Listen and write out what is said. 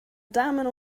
damen